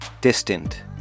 Distant